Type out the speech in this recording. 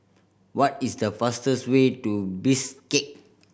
what is the fastest way to Bishkek